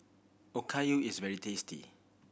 okayu is very tasty